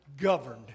governed